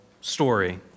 story